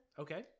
Okay